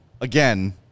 Again